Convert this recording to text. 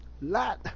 Lot